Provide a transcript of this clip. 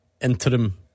interim